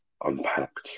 unpacked